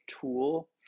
tool